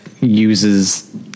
uses